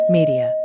Media